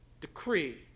decree